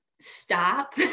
stop